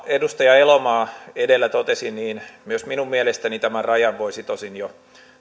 edustaja elomaa edellä totesi myös minun mielestäni tämän rajan voisi tosin jo